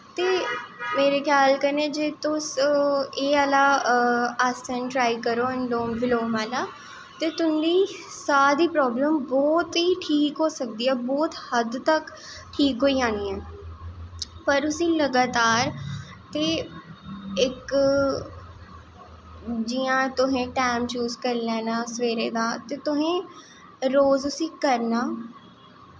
ते मेरे ख्याल कन्नैं जे तुस एह् आह्ला आसन शुरु करो अनुलोम बिलोम आह्ला ते तुंदी स्हा दी प्रावलम बौह्त ही ठीक हो सकदी ऐ बौह्त हद्द तक ठीक होई जानी ऐ पर उसी लगातार ते इक जियां तुसें टैम चूज़ करी लैना सवेरे दा ते तुसें रोज़ उसी करनां